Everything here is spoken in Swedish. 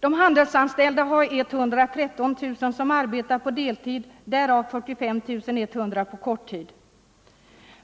Bland handelsanställda arbetar 113 000 på deltid, därav 45 100 på korttid.